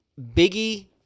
Biggie